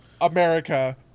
America